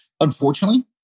unfortunately